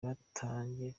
batangiye